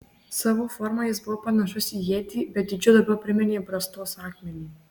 savo forma jis buvo panašus į ietį bet dydžiu labiau priminė brastos akmenį